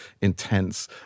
intense